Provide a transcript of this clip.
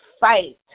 fight